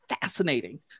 fascinating